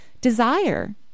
desire